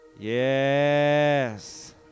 Yes